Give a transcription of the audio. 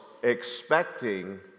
expecting